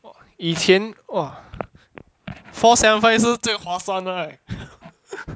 以前 !wah! four seven five 是最划算 right